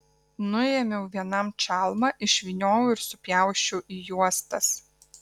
nuėmiau vienam čalmą išvyniojau ir supjausčiau į juostas